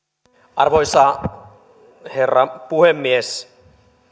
arvoisa herra puhemies